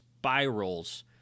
spirals